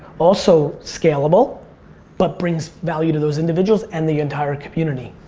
also, scalable but brings value to those individuals and the entire community.